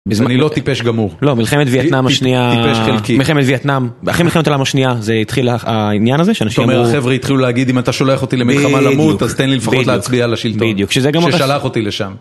אז אני לא טיפש גמור. לא, מלחמת וייטנאם השנייה... טיפש חלקי. מלחמת וייטנאם... אחרי מלחמת העולם השנייה, זה התחיל העניין הזה, שאנשים אמרו... זאת אומרת, החבר'ה התחילו להגיד, "אם אתה שולח אותי למלחמה למות, אז תן לי לפחות להצביע על השלטון." בדיוק. בדיוק. ששלח אותי לשם.